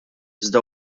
iżda